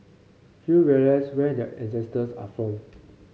few realise where their ancestors are from